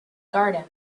garden